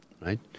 right